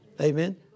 Amen